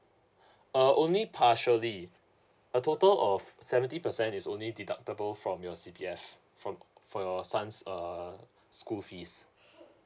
uh only partially a total of seventy percent is only deductible from your C_P_F for for your son's err school fees